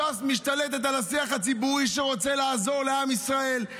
ש"ס משתלטת על השיח הציבורי שרוצה לעזור לעם ישראל,